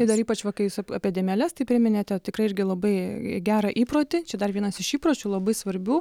tai dar ypač va kai jūs apie dėmeles tai priminėte tikrai irgi labai gerą įprotį čia dar vienas iš įpročių labai svarbių